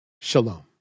Shalom